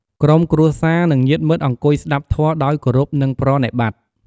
ក្រុមគ្រួសារ និងញាតិមិត្តអង្គុយស្ដាប់ធម៌ដោយគោរព និងប្រណិប័តន៍។